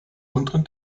unteren